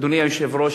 אדוני היושב-ראש,